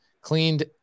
cleaned